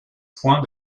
points